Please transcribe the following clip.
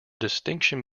distinction